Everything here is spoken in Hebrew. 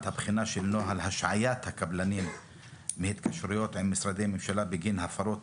הבחינה של נוהל השעיית הקבלנים מהתקשרויות עם משרדי ממשלה בגין הפרות